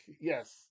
yes